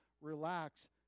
Relax